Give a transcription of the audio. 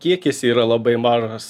kiekis yra labai mažas